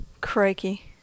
Crikey